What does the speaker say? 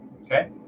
okay